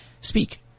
speak